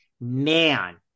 man